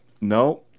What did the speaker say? No